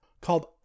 called